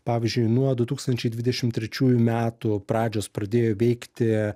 pavyzdžiui nuo du tūkstančiai dvidešimt trečiųjų metų pradžios pradėjo veikti